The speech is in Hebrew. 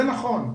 זה נכון,